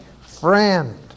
friend